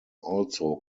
also